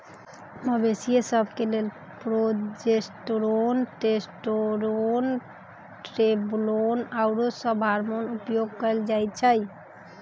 मवेशिय सभ के लेल प्रोजेस्टेरोन, टेस्टोस्टेरोन, ट्रेनबोलोन आउरो सभ हार्मोन उपयोग कयल जाइ छइ